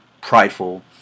prideful